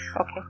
Okay